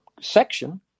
section